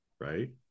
right